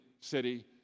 city